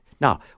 Now